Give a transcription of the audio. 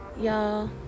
Y'all